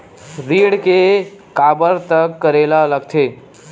ऋण के काबर तक करेला लगथे?